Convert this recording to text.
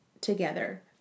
together